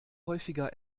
häufiger